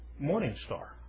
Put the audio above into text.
Morningstar